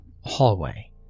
hallway